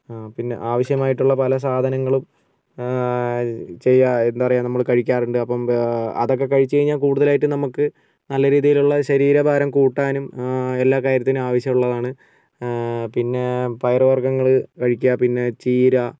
പിന്നെ ആവശ്യമായിട്ടുള്ള പല സാധനങ്ങളും ചെയ്യുക എന്താണ് പറയുക നമ്മൾ കഴിക്കാറുണ്ട് അപ്പം അതൊക്കെ കഴിച്ച് കഴിഞ്ഞാൽ കൂടുതലായിട്ടും നമുക്ക് നല്ല രീതിയിലുള്ള ശരീരഭാരം കൂട്ടാനും എല്ലാ കാര്യത്തിനും ആവശ്യമുള്ളതാണ് പിന്നെ പയർ വർഗ്ഗങ്ങൾ കഴിക്കുക പിന്നെ ചീര